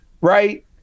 right